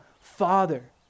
Father